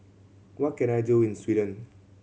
what can I do in Sweden